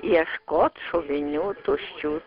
ieškot šovinių tuščių